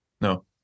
No